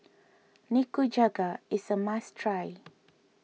Nikujaga is a must try